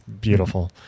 beautiful